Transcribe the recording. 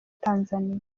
tanzania